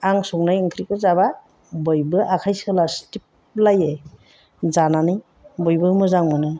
आं संनाय ओंख्रिखौ जाबा बयबो आखाइ सोलास्लिबलायो जानानै बयबो मोजां मोनो